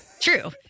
True